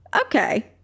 okay